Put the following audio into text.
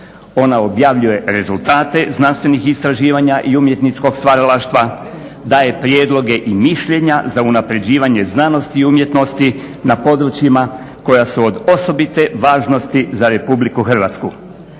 Ona objavljuje rezultate znanstvenih istraživanja i umjetničkog stvaralaštva, daje prijedloge i mišljenja za unapređivanje znanosti i umjetnosti na područjima koja su od osobite važnosti za Republiku Hrvatsku.